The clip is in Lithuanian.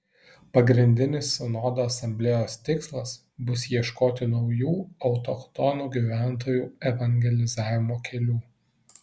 pagrindinis sinodo asamblėjos tikslas bus ieškoti naujų autochtonų gyventojų evangelizavimo kelių